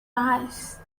ice